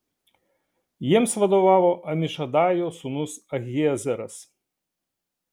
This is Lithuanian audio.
jiems vadovavo amišadajo sūnus ahiezeras